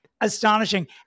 Astonishing